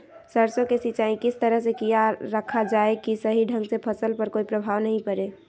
सरसों के सिंचाई किस तरह से किया रखा जाए कि सही ढंग से फसल पर कोई प्रभाव नहीं पड़े?